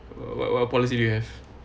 what what policy do you have